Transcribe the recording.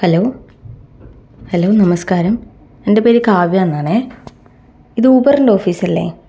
hello hello നമസ്കാരം എൻ്റെ പേര് കാവ്യാ എന്നാണേ ഇത് ഊബറിൻ്റെ ഓഫീസല്ലേ